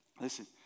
Listen